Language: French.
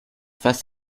face